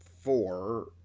four